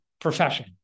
profession